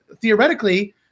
Theoretically